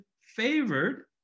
favored